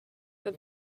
for